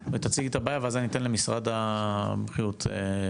תציגי את הבעיה ואז אני אתן למשרד הבריאות להתייחס.